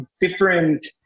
different